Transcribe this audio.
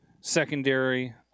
secondary